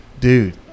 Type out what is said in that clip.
dude